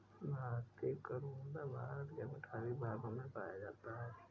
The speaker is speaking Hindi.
भारतीय करोंदा भारत के पठारी भागों में पाया जाता है